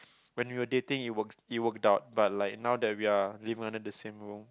when you were dating it worked it worked out but like now that we are living under the same room